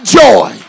joy